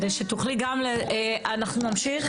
אנחנו נמשיך?